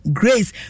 grace